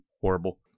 horrible